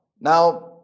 Now